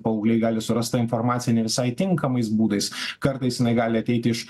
paaugliai gali surast tą informaciją ne visai tinkamais būdais kartais jinai gali ateiti iš